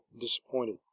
disappointed